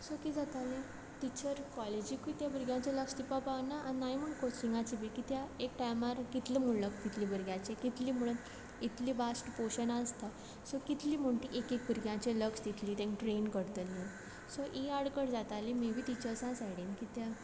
so कीत जातालें teacher कॉलेजींकूय त्या भुरग्यांचेर लक्ष दिवपा पावना आनी नाय म्हूण कोचिंगाचेर बीन कित्या एक टायमार कितलें म्हूण लक्ष दितले भुरग्यांचेर कितली म्हुणून इतलें वास्ट पोर्शन आसता सो कितली म्हून ती एक एक भुरग्याचेर लक्ष दितली तेंकां ट्रॅन करतली सो ही आडखळ जाताली मे बी टिचर्सां सायडीन कित्या